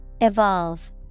Evolve